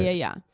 yeah, yeah.